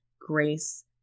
grace